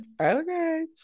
Okay